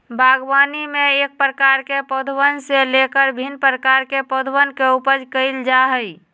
बागवानी में एक प्रकार के पौधवन से लेकर भिन्न प्रकार के पौधवन के उपज कइल जा हई